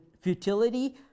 futility